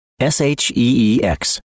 S-H-E-E-X